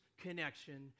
connection